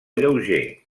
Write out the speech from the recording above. lleuger